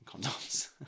condoms